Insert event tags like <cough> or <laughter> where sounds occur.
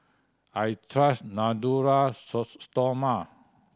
I trust Natura <unintelligible> Stoma